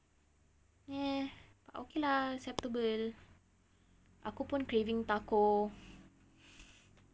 ya but okay lah acceptable aku pun craving tako~